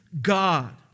God